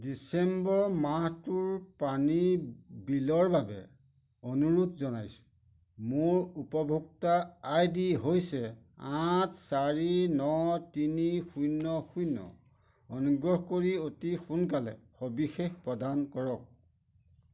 ডিচেম্বৰ মাহটোৰ পানীৰ বিলৰ বাবে অনুৰোধ জনাইছোঁ মোৰ উপভোক্তা আই ডি হৈছে আঠ চাৰি ন তিনি শূন্য শূন্য অনুগ্ৰহ কৰি অতি সোনকালে সবিশেষ প্ৰদান কৰক